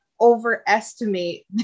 overestimate